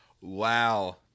Wow